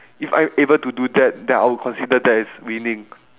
if I'm able to that then I would consider that as winning